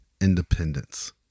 independence